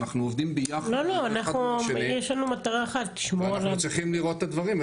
אנחנו עובדים ביחד ואנחנו צריכים לראות את הדברים,